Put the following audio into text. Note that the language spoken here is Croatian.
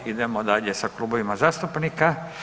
Idemo dalje sa klubovima zastupnika.